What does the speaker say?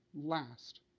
last